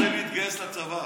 הוא אמר שהוא רוצה להתגייס לצבא.